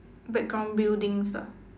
background buildings lah